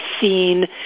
seen